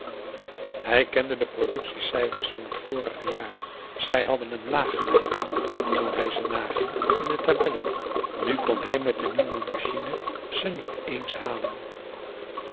hij kende de productie cijfers van het vorige jaar zij hadden hem laag geleken toen hij ze naging in de tabellen nu kon hij met de nieuwe machine ze niet eens halen